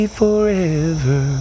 forever